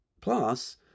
Plus